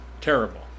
terrible